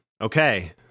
Okay